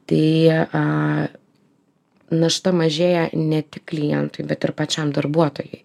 tai a našta mažėja ne tik klientui bet ir pačiam darbuotojui